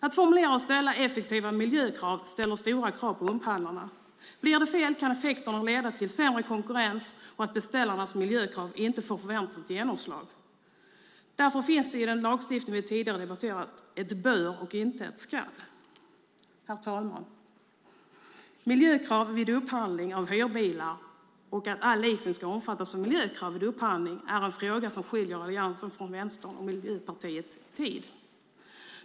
Att formulera och ställa effektiva miljökrav ställer stora krav på upphandlarna. Blir det fel kan effekterna leda till sämre konkurrens och till att beställarnas miljökrav inte får förväntat genomslag. Därför finns det i den lagstiftning som vi tidigare debatterat ett "bör" och inte ett "skall". Herr talman! Att hyrbilsavtal och all leasing ska omfattas av miljökrav vid upphandling är en fråga som skiljer Alliansen från Vänstern och Miljöpartiet när det gäller tid.